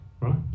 right